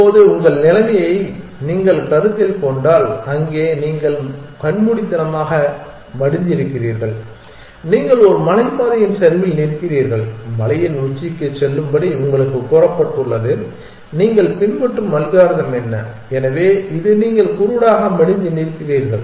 இப்போது உங்கள் நிலைமையை நீங்கள் கருத்தில் கொண்டால் அங்கே நீங்கள் கண்மூடித்தனமாக மடிந்திருக்கிறீர்கள் நீங்கள் ஒரு மலைப்பாதையின் சரிவில் நிற்கிறீர்கள் மலையின் உச்சிக்கு செல்லும்படி உங்களுக்குக் கூறப்பட்டுள்ளது நீங்கள் பின்பற்றும் அல்காரிதம் என்ன எனவே இது நீங்கள் குருடாக மடிந்து நிற்கிறீர்கள்